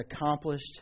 accomplished